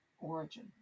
origin